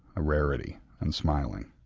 a rarity, and smiling.